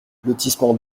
lotissement